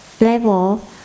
level